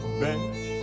bench